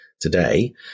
today